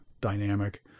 dynamic